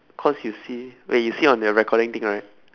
cause you see wait you see on your recording thing right